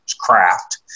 craft